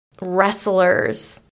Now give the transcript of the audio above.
wrestlers